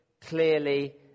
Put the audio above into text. clearly